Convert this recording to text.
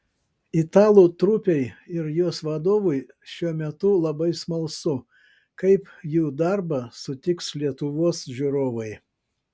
italų trupei ir jos vadovui šiuo metu labai smalsu kaip jų darbą sutiks lietuvos žiūrovai